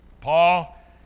Paul